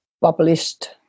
published